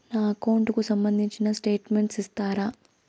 నా అకౌంట్ కు సంబంధించిన స్టేట్మెంట్స్ ఇస్తారా